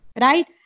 right